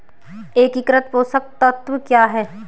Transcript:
एकीकृत पोषक तत्व क्या है?